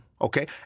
okay